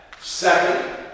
Second